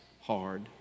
hard